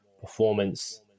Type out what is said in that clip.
performance